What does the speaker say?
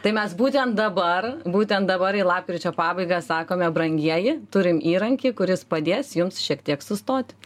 tai mes būtent dabar būtent dabar į lapkričio pabaigą sakome brangieji turim įrankį kuris padės jums šiek tiek sustoti